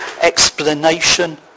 explanation